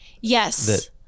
Yes